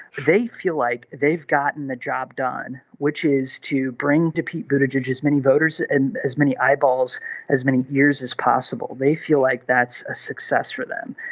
they feel like they've gotten the job done which is to bring defeat but a judge as many voters and as many eyeballs as many years as possible. they feel like that's a success for them.